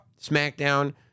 SmackDown